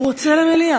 הוא רוצה למליאה.